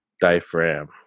Diaphragm